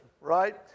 right